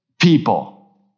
people